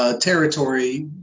Territory